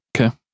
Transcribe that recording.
okay